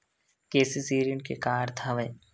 KCC ऋण के का अर्थ हवय?